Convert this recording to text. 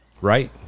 right